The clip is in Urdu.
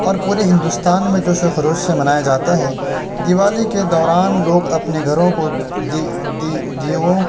اور پورے ہندوستان میں جوش و خروش سے منایا جاتا ہے دیوالی کے دوران لوگ اپنے گھروں کو دیوں